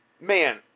Man